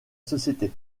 société